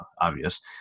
obvious